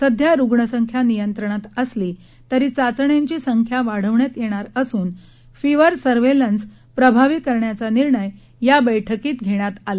सध्या रुग्णसंख्या नियंत्रणात असली तरी चाचण्यांची संख्या वाढवण्यात येणार असून फिव्हर सव्हेलन्स प्रभावीपणे करण्याचा निर्णय या बैठकीत घेण्यात आला